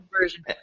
version